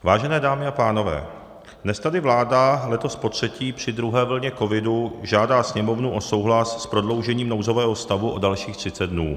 Vážené dámy a pánové, dnes tady vláda, letos potřetí při druhé vlně covidu, žádá Sněmovnu o souhlas s prodloužením nouzového stavu o dalších třicet dnů.